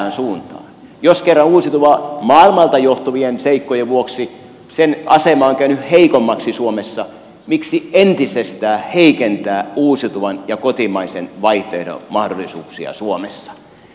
jos kerran uusiutuvan asema maailmalta johtuvien seikkojen vuoksi on käynyt heikommaksi suomessa miksi entisestään heikentää uusiutuvan ja kotimaisen vaihtoehdon mahdollisuuksia suomessa